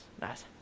Nice